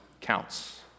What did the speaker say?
counts